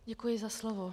Děkuji za slovo.